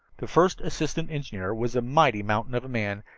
the first assistant engineer was a mighty mountain of a man,